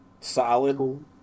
Solid